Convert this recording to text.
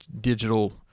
digital